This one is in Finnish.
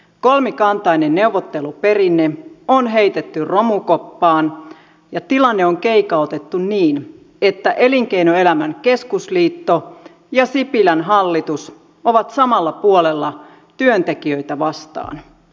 kolmikantainen neuvotteluperinne on heitetty romukoppaan ja tilanne on keikautettu niin että elinkeinoelämän keskusliitto ja sipilän hallitus ovat samalla puolella työntekijöitä vastaan